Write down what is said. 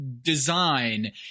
design